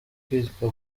kwitwa